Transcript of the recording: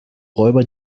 räuber